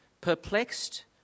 perplexed